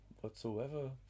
whatsoever